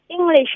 English